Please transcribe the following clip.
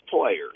players